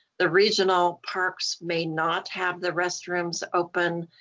the regional parks may not have the restrooms open.